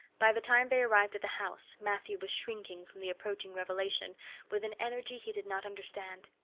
by the time they arrived at the house matthew was shrinking from the approaching revelation with an energy he did not understand.